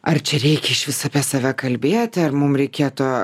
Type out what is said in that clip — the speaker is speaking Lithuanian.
ar čia reikia išvis apie save kalbėti ar mum reikėtų